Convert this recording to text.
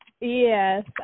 Yes